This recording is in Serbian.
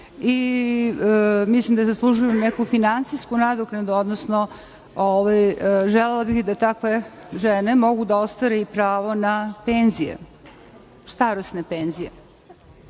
i mislim da zaslužuju neku finansijsku nadoknadu, odnosno želela bih da takve žene mogu da ostvare pravo na starosne penzije. Takođe